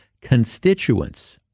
constituents